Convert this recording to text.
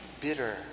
bitter